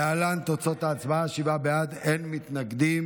להלן תוצאות ההצבעה: שבעה בעד, אין מתנגדים.